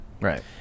Right